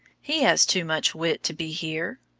he has too much wit to be here.